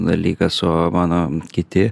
dalykas o mano kiti